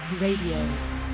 Radio